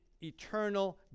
eternal